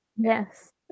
Yes